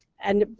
and,